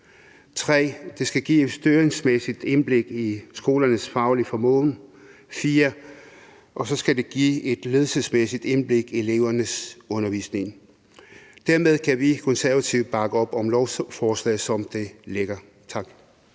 3) Det skal give et styringsmæssigt indblik i skolernes faglige formåen. 4) Det skal give et ledelsesmæssigt indblik i elevernes undervisning. Dermed kan vi Konservative bakke op om lovforslaget, som det ligger. Tak.